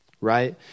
Right